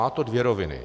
Má to dvě roviny.